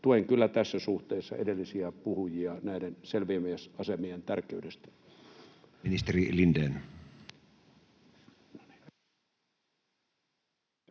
Tuen kyllä tässä suhteessa edellisiä puhujia selviämisasemien tär-keydestä.